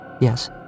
Yes